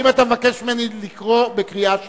האם אתה מבקש ממני לקרוא בקריאה שלישית?